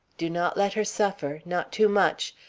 do not let her suffer not too much.